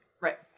Right